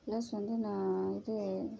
plus வந்து நான் இது